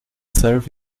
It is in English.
serve